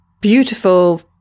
beautiful